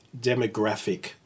demographic